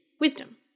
wisdom